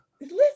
Listen